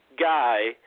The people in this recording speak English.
guy